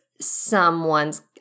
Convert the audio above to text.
Someone's